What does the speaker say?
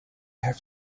have